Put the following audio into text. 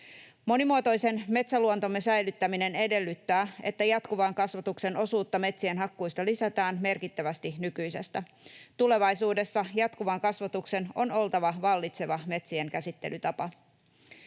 Monimuotoisen metsäluontomme säilyttäminen edellyttää, että jatkuvan kasvatuksen osuutta metsien hakkuista lisätään merkittävästi nykyisestä. Tulevaisuudessa jatkuvan kasvatuksen on oltava vallitseva metsien käsittelytapa.